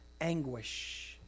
anguish